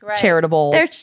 charitable